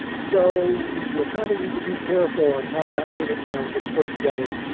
so you kind of need to be careful on how that payment plan gets put together.